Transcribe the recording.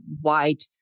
white